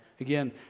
Again